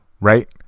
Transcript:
Right